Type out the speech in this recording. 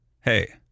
hey